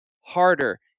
harder